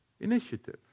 Initiative